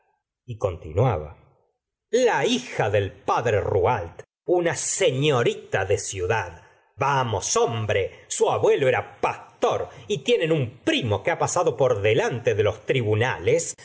y continuaba la hija del padre rouault una señorita de ciudad vamos hombre su abuelo era pastor y tienen un primo que ha pasado por delante de los tribunales